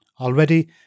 Already